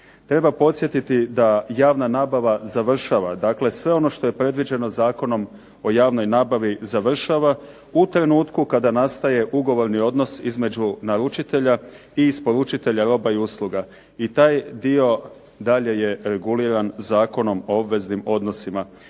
Treba podsjetiti da javna nabava završava, dakle sve ono što je predviđeno Zakonom o javnoj nabavi završava u trenutku kada nastaje ugovorni odnos između naručitelja i isporučitelja roba i usluga i taj dio dalje je reguliran Zakonom o obveznim odnosima.